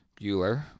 Bueller